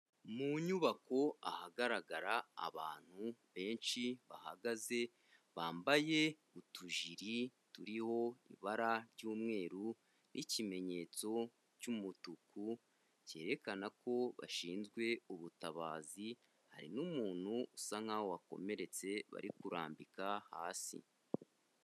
Mu nyubako ahagaragara abantu benshi bahagaze, bambaye utujiri turiho ibara ry'umweru n'ikimenyetso cy'umutuku, cyerekana ko bashinzwe ubutabazi, hari n'umuntu usa nkaho wakomeretse bari kurambika hasi.